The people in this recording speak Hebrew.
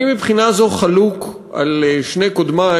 אני מבחינה זו חלוק על שני קודמי,